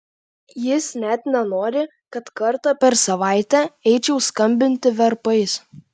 jis net nenori kad kartą per savaitę eičiau skambinti varpais